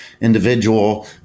individual